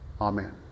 Amen